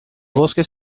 bosque